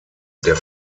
der